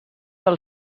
del